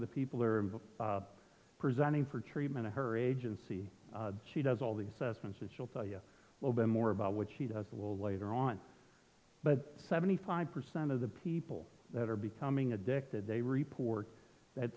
of the people are presenting for treatment of her agency she does all the assessments which will tell you a little bit more about what she does a little later on but seventy five percent of the people that are becoming addicted they report that